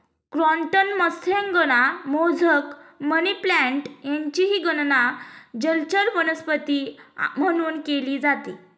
croton मत्स्यांगना, mosaic, money plant यांचीही गणना जलचर वनस्पती म्हणून केली जाते